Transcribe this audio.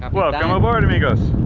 welcome aboard amigos